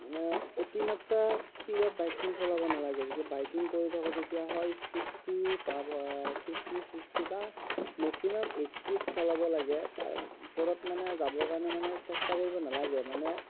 মানে অতিমাত্ৰা স্পিডত বাইকখন চলাব নালাগে যদি বাইকিং কৰি থাকোঁ তেতিয়া হয় চিক্সটি বা ফিফটি চিক্সটি বা মেস্কিমাম এইটিত চলাব লাগে তাৰ ওপৰত মানে যাবৰ কাৰণে মানে চেষ্টা কৰিব নালাগে মানে